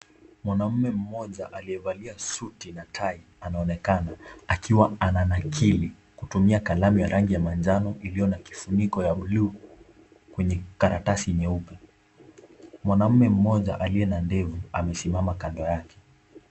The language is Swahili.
Mwanaume mmoja aliyevalia suti na tai anaonekana akiwa ananakili kutumia kalamu ya rangi ya manjano iliyo na kifuniko ya bluu kwenye karatasi nyeupe. Mwanaume mmoja aliye na ndevu.